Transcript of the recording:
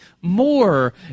more